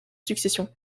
succession